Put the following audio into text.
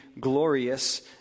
glorious